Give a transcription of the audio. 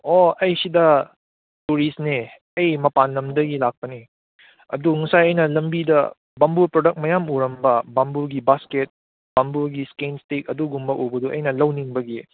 ꯑꯣ ꯑꯩ ꯁꯤꯗ ꯇꯨꯔꯤꯁꯅꯦ ꯑꯩ ꯃꯄꯥꯟ ꯂꯝꯗꯒꯤ ꯂꯥꯛꯄꯅꯦ ꯑꯗꯨ ꯉꯁꯥꯏ ꯑꯩꯅ ꯂꯝꯕꯤꯗ ꯕꯦꯝꯕꯨ ꯄ꯭ꯔꯗꯛ ꯃꯌꯥꯝ ꯎꯔꯝꯕ ꯕꯦꯝꯕꯨꯒꯤ ꯕꯥꯁꯀꯦꯠ ꯕꯦꯝꯕꯨꯒꯤ ꯁꯏꯀꯤꯟ ꯏꯁꯇꯤꯛ ꯑꯗꯨꯒꯨꯝꯕ ꯎꯕꯗꯨ ꯑꯩꯅ ꯂꯧꯅꯤꯡꯕꯒꯤ